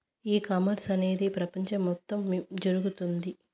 ఈ కామర్స్ అనేది ప్రపంచం మొత్తం జరుగుతోంది